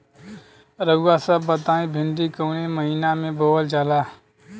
रउआ सभ बताई भिंडी कवने महीना में बोवल जाला?